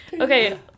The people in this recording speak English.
Okay